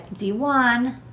D1